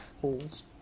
Holes